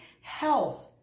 health